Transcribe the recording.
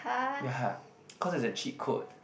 ya cause it's a cheat code